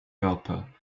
belper